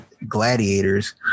Gladiators